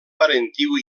parentiu